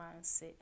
mindset